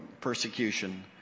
persecution